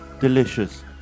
delicious